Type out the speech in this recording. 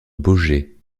baugé